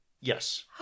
Yes